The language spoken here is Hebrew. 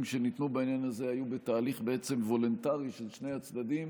שניתנו בעניין הזה היו בתהליך וולונטרי של שני הצדדים